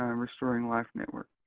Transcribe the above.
um restoring life network.